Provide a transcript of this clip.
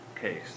case